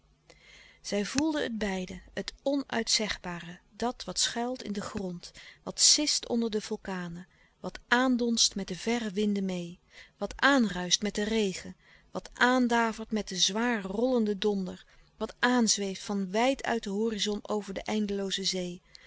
zij voelden het beiden het onuitzegbare dat wat schuilt in den grond wat sist onder de vulkanen wat aandonst met de verre winden meê wat aanruischt met den regen wat aandavert met den zwaar rollenden donder wat aanzweeft van wijd uit den horizon over de eindelooze zee